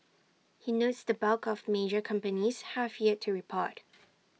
he notes the bulk of major companies have yet to report